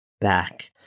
back